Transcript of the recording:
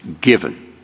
given